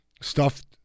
Stuffed